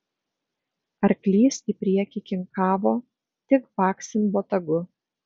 arklys į priekį kinkavo tik baksint botagu